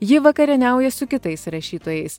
ji vakarieniauja su kitais rašytojais